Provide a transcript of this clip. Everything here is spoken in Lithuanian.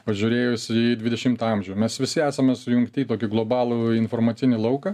pažiūrėjus į dvidešimtą amžių mes visi esame sujungti į tokį globalų informacinį lauką